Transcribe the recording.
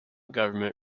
government